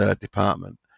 Department